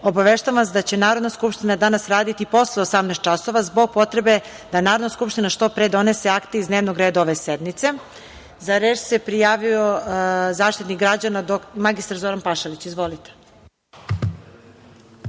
obaveštavam vas da će Narodna skupština danas raditi i posle 18.00 časova zbog potrebe da Narodna skupština što pre donese akte iz dnevnog reda ove sednice.Za reč se prijavio Zaštitnik građana mr Zoran Pašalić. Izvolite.